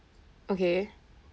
okay